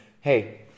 Hey